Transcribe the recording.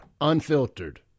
Unfiltered